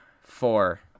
four